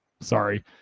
sorry